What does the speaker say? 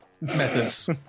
methods